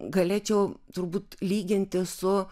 galėčiau turbūt lyginti su